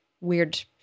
weird